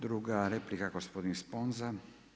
Druga replika, gospodin Sponza.